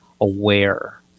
aware